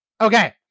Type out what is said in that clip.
Okay